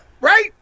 Right